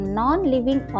non-living